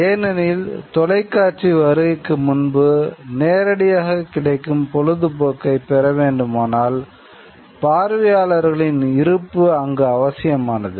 ஏனெனில் தொலைக்காட்சி வருகைக்கு முன்பு நேரடியாக கிடைக்கும் பொழுதுபோக்கை பெறவேண்டுமானால் பார்வையாளர்களின் இருப்பு அங்கு அவசியமானது